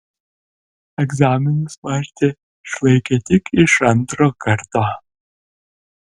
egzaminus marcė išlaikė tik iš antro karto